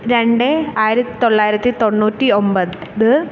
രണ്ട് ആയിരത്തി തൊള്ളായിരത്തി തൊണ്ണൂറ്റി ഒമ്പത്